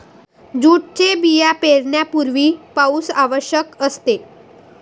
जूटचे बिया पेरण्यापूर्वी पाऊस आवश्यक असते